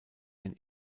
ein